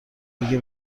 دیگه